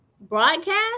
broadcast